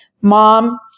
Mom